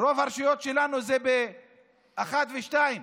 רוב הרשויות שלנו הן ב-1 ו-2.